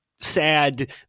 sad